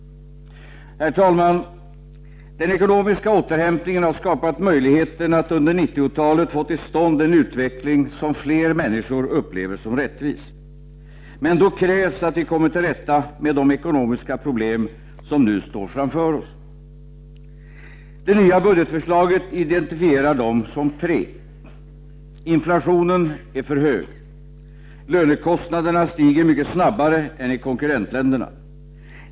Herr talman! Den ekonomiska återhämtningen har skapat möjligheten att under 90-talet få till stånd en utveckling som fler människor upplever som rättvis. Men då krävs att vi kommer till rätta med de ekonomiska problem som nu står framför oss. Det nya budgetförslaget identifierar dem som tre: Oo Inflationen är för hög. Lönekostnaderna stiger mycket snabbare än i konkurrentländerna.